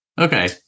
Okay